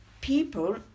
people